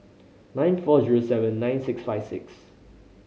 nine four zero seven nine six five six